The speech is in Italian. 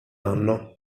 anno